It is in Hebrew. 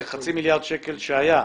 זה חצי מיליארד שקלים שהיה.